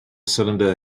cylinder